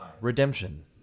Redemption